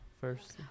First